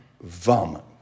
vomit